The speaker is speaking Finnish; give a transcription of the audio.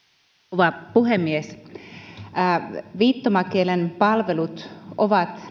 rouva puhemies uskon että viittomakielen palvelut ovat